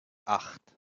acht